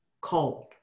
cold